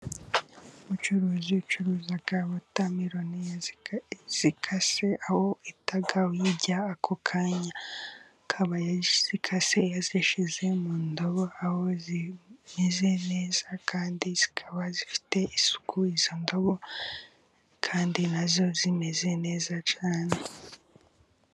Umucuruzi ucuruza wota meroni ya zikase aho uhita uyirya ako kanya, akaba yazikase yazishyize mu ndobo aho zimeze neza kandi zikaba zifite isuku izo ndobo kandi nazo zimeze neza cyane.